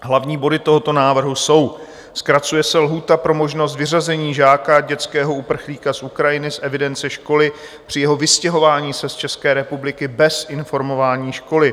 Hlavní body tohoto návrhu jsou: zkracuje se lhůta pro možnost vyřazení žáka, dětského uprchlíka z Ukrajiny, z evidence školy při jeho vystěhování se z České republiky bez informování školy.